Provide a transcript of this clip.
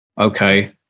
okay